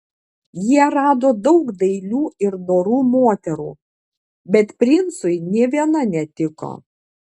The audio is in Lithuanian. jie rado daug dailių ir dorų moterų bet princui nė viena netiko